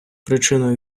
причиною